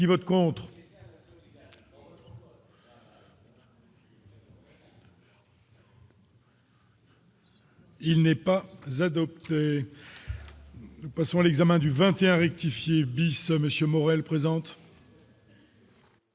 qui vote pour. Il n'est pas adoptée. Nous passons à l'examen du 21 rectifier Bissau monsieur Morel présente.